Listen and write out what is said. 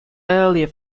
earlier